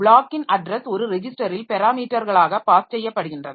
ப்ளாக்கின் address ஒரு ரெஜிஸ்டரில் பெராமீட்டர்களாக பாஸ் செய்யப்படுகின்றன